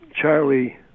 Charlie